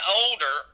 older